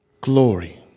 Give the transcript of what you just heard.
glory